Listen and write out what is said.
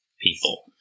people